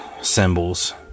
symbols